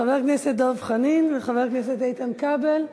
חבר הכנסת דב חנין וחבר הכנסת איתן כבל.